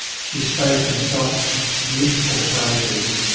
she spoke in soft beautiful phrases,